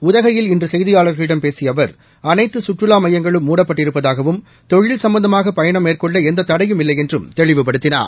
உதகையில் இன்று செய்தியாளர்களிடம் பேசிய அவர் அனைத்து சுற்றுலா மையங்களும் மூடப்பட்டிருப்பதாகவும் தொழில் சும்பந்தமாக பயணம் மேற்கொள்ள எந்த தடையும் இல்லை என்றும் தெளிவுபடுத்தினார்